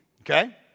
Okay